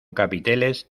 capiteles